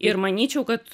ir manyčiau kad